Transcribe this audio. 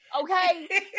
Okay